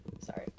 Sorry